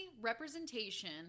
representation